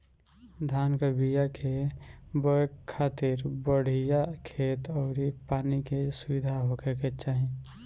धान कअ बिया के बोए खातिर बढ़िया खेत अउरी पानी के सुविधा होखे के चाही